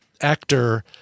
actor